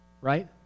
right